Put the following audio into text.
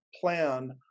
plan